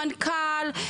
מנכ"ל,